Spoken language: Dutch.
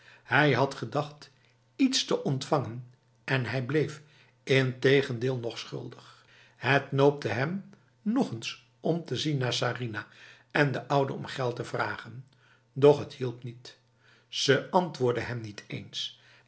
hij had gedacht iets te ontvangen en hij bleef integendeel nog schuldig het noopte hem nog eens om te zien naar sarinah en de oude om geld te vragen doch het hielp niet ze antwoordde hem niet eens